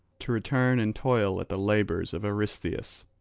to return and toil at the labours of eurystheus.